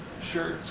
Sure